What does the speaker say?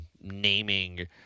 naming